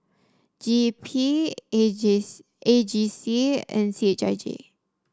G E P A J A G C and C H I J